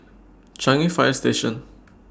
Changi Fire Station